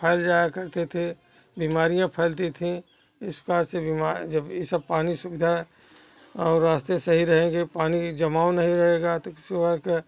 फैल जाया करते थे बीमारिया फैलती थीं इस प्रकार से बीमा जब ई सब पानी सुविधा और रास्ते सही रहेगे पानी की जमाव नहीं रहेगा तो किसी और के